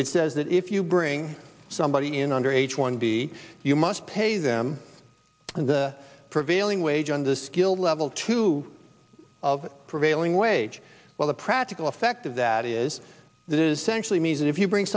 it says that if you bring somebody in under h one b you must pay them and prevail going wage on the skill level two of prevailing wage well the practical effect of that is that is actually means if you bring